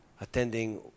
Attending